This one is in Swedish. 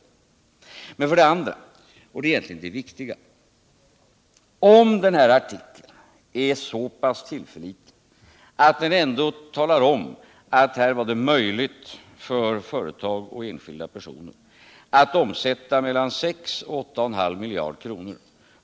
Om den här artikeln för det andra, och det är egentligen det viktiga, är så pass tillförlitlig att den talar om att det var möjligt för företag och enskilda personer att omsätta mellan 6 och 8.5 miljarder kr.